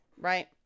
right